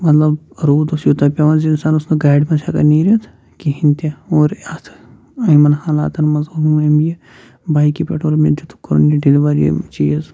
مطلب روٗد اوس یوٗتاہ پیٚوان زِ اِنسان اوس نہٕ گاڑِ منٛز ہیٚکان نیرِتھ کہیٖنۍ تہِ اور اتھ یِمن حالاتن منٛز اوٚن أمۍ یہِ بایکہِ پٮ۪ٹھ اور مےٚ دِتُکھ کوٚرُن یہِ ڈیٚلِور یہِ چیٖز